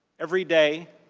every day,